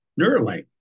Neuralink